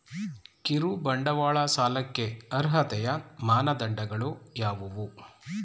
ಕಿರುಬಂಡವಾಳ ಸಾಲಕ್ಕೆ ಅರ್ಹತೆಯ ಮಾನದಂಡಗಳು ಯಾವುವು?